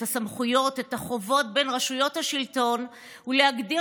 את הסמכויות ואת החובות של רשויות השלטון ולהגדיר